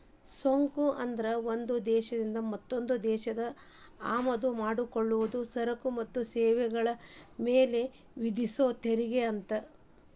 ಸುಂಕ ಅಂದ್ರ ಒಂದ್ ದೇಶ ಮತ್ತೊಂದ್ ದೇಶದಿಂದ ಆಮದ ಮಾಡಿಕೊಳ್ಳೊ ಸರಕ ಮತ್ತ ಸೇವೆಗಳ ಮ್ಯಾಲೆ ವಿಧಿಸೊ ತೆರಿಗೆ ಅಂತ